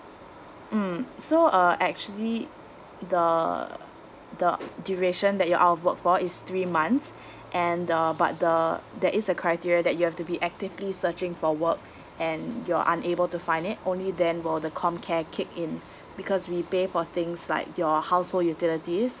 mm so uh actually the the duration that you're out of work for is three months and uh but the there is a criteria that you have to be actively searching for work and you're unable to find it only then will the comcare kick in because we pay for things like your household utilities